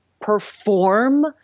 perform